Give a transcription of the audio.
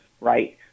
right